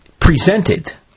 presented